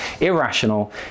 irrational